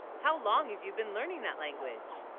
how long have you been learning that language